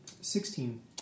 Sixteen